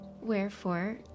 Wherefore